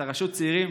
את רשות הצעירים,